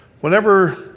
Whenever